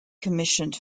commissioned